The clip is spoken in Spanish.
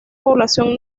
población